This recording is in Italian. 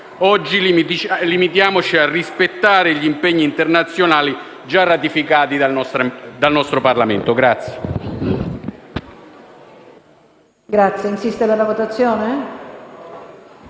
Oggi limitiamoci a rispettare gli impegni internazionali già ratificati dal nostro Parlamento.